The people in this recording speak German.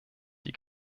die